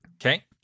Okay